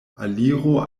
aliro